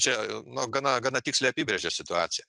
čia nu gana gana tiksliai apibrėžia situaciją